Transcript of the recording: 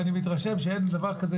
כי אני מתרשם שאין דבר כזה,